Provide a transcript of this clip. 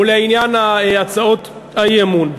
ולעניין הצעות האי-אמון: